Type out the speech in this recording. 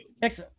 Next